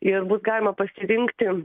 ir bus galima pasirinkti